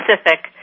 specific